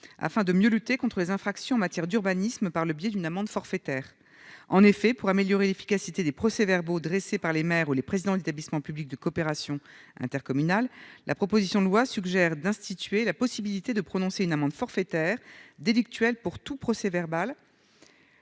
afin de mieux lutter contre les infractions en matière d'urbanisme, par le biais d'une amende forfaitaire, en effet, pour améliorer l'efficacité des procès-verbaux dressés par les maires ou les présidents d'établissements publics de coopération intercommunale, la proposition de loi suggère d'instituer la possibilité de prononcer une amende forfaitaire délictuelle pour tout procès-verbal